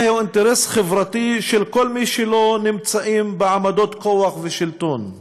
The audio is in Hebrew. זהו אינטרס חברתי של כל מי שלא נמצאים בעמדות כוח ושלטון,